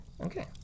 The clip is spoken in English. Okay